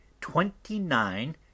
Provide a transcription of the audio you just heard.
twenty-nine